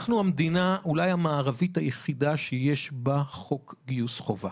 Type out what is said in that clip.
אנחנו אולי המדינה המערבית היחידה שיש בה חוק גיוס חובה